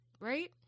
right